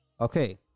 Okay